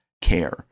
care